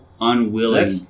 unwilling